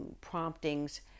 promptings